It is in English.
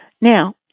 Now